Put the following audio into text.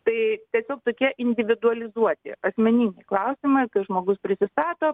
tai tiesiog tokie individualizuoti asmeniniai klausimai tai žmogus prisistato